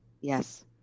Yes